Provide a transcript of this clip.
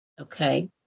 Okay